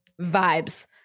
Vibes